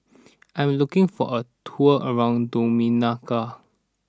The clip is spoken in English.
I am looking for a tour around Dominica